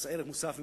מס על אחרים.